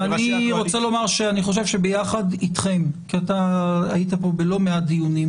ואני רוצה לומר שאני חושב שביחד איתכם כי אתה היית פה בלא מעט דיונים